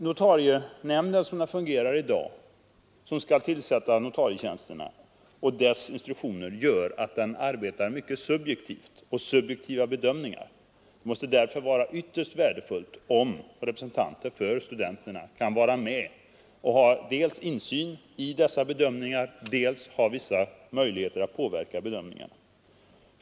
Notarienämnden, som skall tillsätta notarietjänsterna, gör med de instruktioner den har i dag mycket subjektiva bedömningar. Det måste därför vara ytterst värdefullt, om representanter för studenterna kan vara med och dels ha insyn i dessa bedömningar, dels ha vissa möjligheter att påverka bedömningarna.